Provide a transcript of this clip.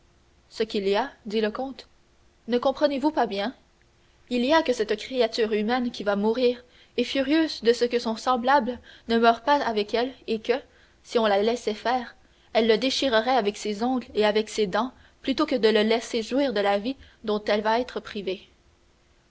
ce qu'il y a dit le comte ne comprenez-vous pas bien il y a que cette créature humaine qui va mourir est furieuse de ce que son semblable ne meure pas avec elle et que si on la laissait faire elle le déchirerait avec ses ongles et avec ses dents plutôt que de le laisser jouir de la vie dont elle va être privée